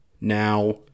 now